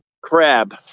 crab